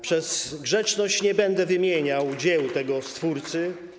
Przez grzeczność nie będę wymieniał dzieł tego stwórcy.